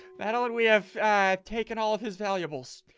matt only we have taken all his valuables.